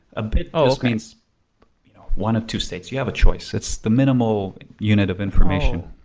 a bit ah just means one of two states, you have a choice, it's the minimal unit of information.